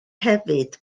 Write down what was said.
hefyd